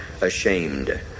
ashamed